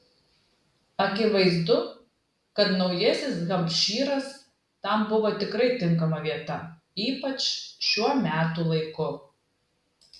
akivaizdu kad naujasis hampšyras tam buvo tikrai tinkama vieta ypač šiuo metų laiku